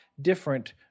different